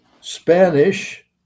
Spanish